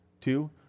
Two